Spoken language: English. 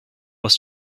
was